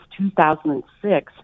2006